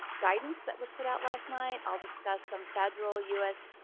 guidance that was put out last night. i'll discuss some federal u s.